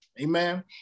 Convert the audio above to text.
Amen